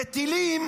מטילים